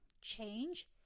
change